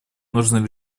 нужны